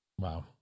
Wow